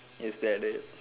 is that it